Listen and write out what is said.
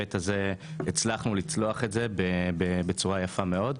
בהיבט הזה הצלחנו לצלוח את זה בצורה יפה מאוד.